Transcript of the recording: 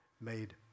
made